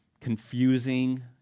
confusing